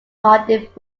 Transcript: cardiff